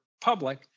public